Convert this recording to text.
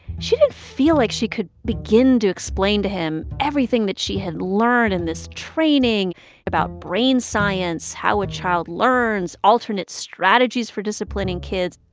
she didn't feel like she could begin to explain to him everything that she had learned in this training about brain science, how a child learns, alternate strategies for disciplining kids.